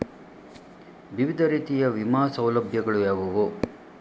ವಿವಿಧ ರೀತಿಯ ವಿಮಾ ಸೌಲಭ್ಯಗಳು ಯಾವುವು?